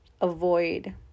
avoid